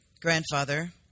grandfather